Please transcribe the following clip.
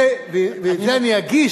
את זה אני אגיש